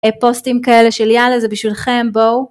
פוסטים כאלה של יאללה זה בשבילכם בואו.